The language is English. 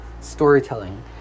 storytelling